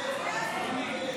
שינוי או סיום תוכנית